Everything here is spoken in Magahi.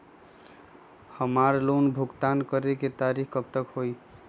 हमार लोन भुगतान करे के तारीख कब तक के हई?